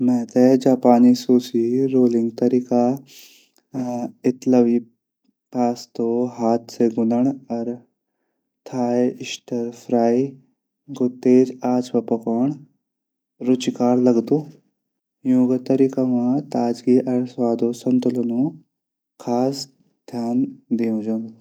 मेरी जापान संस्कृति रोली तरीका से इतलो पास्ता हाथ से गुदण तेज आःच पर पकाण रूचिकार लगदू। यू तरीका स्वादा संतुलन खास ध्यान दिये जांदू।